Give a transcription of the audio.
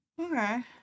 Okay